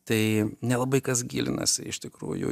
tai nelabai kas gilinasi iš tikrųjų